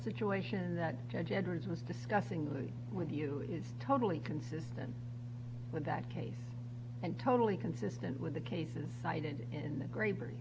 situation that judge edwards was discussing with you is totally consistent with that case and totally consistent with the cases cited in